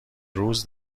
روز